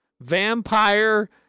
vampire